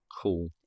cool